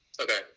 Okay